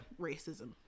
racism